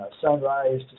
sunrise